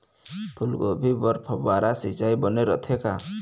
फूलगोभी बर फव्वारा सिचाई बने रथे का?